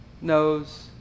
knows